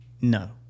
No